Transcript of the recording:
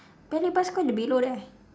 paya-lebar square the below there